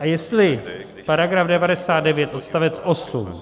A jestli § 99 odst. 8